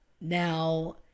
Now